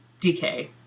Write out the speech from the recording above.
DK